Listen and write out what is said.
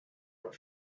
were